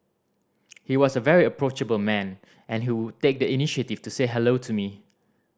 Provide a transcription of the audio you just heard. he was a very approachable man and he would take the initiative to say hello to me